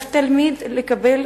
תלמיד חייב לקבל